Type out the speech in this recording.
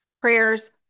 prayers